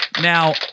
Now